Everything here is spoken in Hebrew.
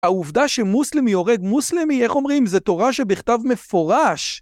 העובדה שמוסלמי הורג מוסלמי, איך אומרים, זה תורה שבכתב מפורש.